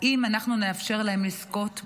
אם אנחנו נאפשר להם לזכות בחיים,